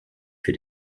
für